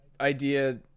idea